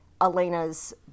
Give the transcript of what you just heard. Elena's